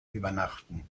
übernachten